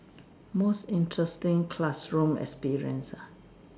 most interesting classroom experience ah